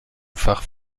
fach